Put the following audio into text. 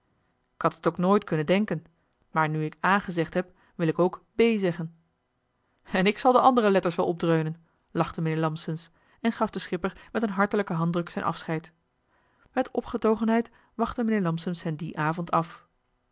k had het ook nooit kunnen denken maar nu ik a gezegd heb wil ik ook b zeggen en ik zal de andere letters wel opdreunen lachte mijnheer lampsens en gaf den schipper met een hartelijken handdruk zijn afscheid met opgetogenheid wachtte mijnheer lampsens hem dien avond af